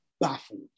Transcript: baffled